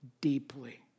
deeply